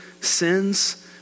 sins